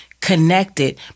connected